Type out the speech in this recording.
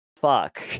fuck